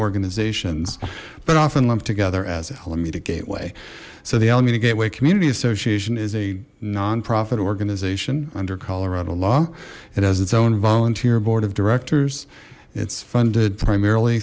organizations but often lumped together as alameda gateway so the alameda gateway community association is a nonprofit organization under colorado law it has its own volunteer board of directors it's funded primarily